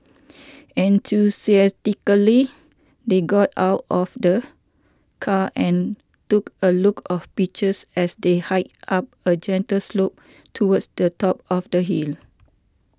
enthusiastically they got out of the car and took a look of pictures as they hiked up a gentle slope towards the top of the hill